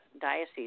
diocese